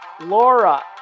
Laura